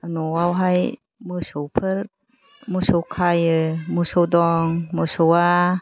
न'आवहाय मेसौफोर मोसौ खायो मोसौ दं मोसौआ